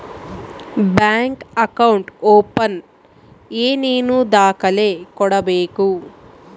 Bank account open ಏನೇನು ದಾಖಲೆ ಕೊಡಬೇಕು?